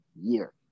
year